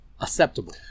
acceptable